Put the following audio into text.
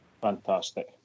Fantastic